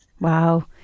Wow